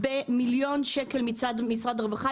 במיליון שקל מצד משרד הרווחה.